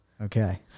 Okay